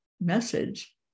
message